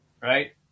right